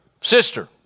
sister